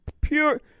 Pure